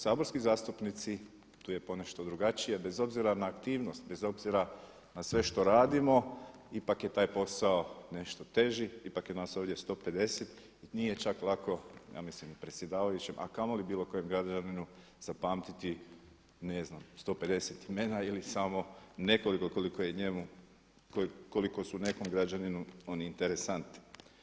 Saborski zastupnici, tu je ponešto drugačije, bez obzira na aktivnost, bez obzira na sve što radimo, ipak je taj posao nešto teži, ipak je nas ovdje 150, nije čak lako, ja mislim i predsjedavajućem a kamoli bilo kojem građaninu zapamtiti ne znam 150 imena ili samo nekoliko koliko je njemu, koliko su nekom građaninu interesantni.